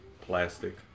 plastic